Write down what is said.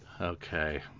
Okay